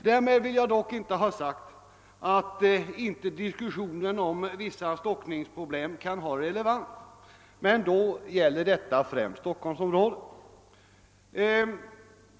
Därmed vill jag dock inte ha sagt, att diskussionen om vissa stockningsproblem inte kan ha relevans, men då gäller detta främst Stockholmsområdet.